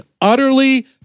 utterly